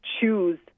choose